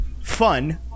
fun